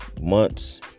months